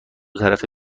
طرفه